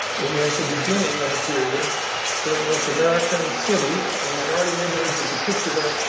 it was the beginning of a period during which american cities and minority neighborhoods, in particular,